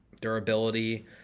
durability